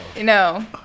no